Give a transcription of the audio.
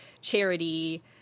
charity